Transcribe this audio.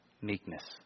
meekness